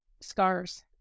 scars